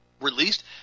released